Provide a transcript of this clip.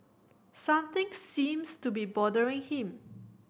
something seems to be bothering him